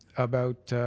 about